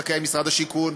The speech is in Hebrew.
זכאי משרד השיכון,